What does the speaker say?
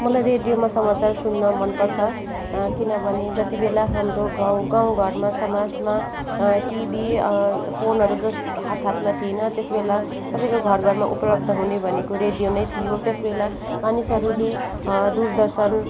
मलाई रेडियोमा समाचार सुन्न मनपर्छ किनभने जतिबेला हाम्रो गाउँ गाउँ घरमा सामाजमा टिभी फोनहरू जस हाथ हाथमा थिएन त्यसबेला सबैको घर घरमा उपलब्ध हुने भनेको रेडियो नै थियो त्यसबेला मानिसहरूले दुर दर्शन